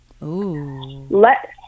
Let